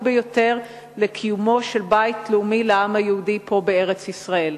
ביותר לקיומו של בית לאומי לעם היהודי פה בארץ-ישראל.